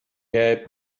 had